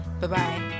Bye-bye